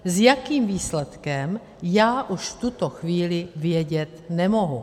S jakým výsledkem já už v tuto chvíli vědět nemohu.